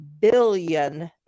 billion